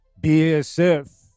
BASF